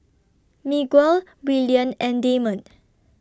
Miguel Willian and Damond